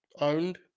owned